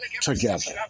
together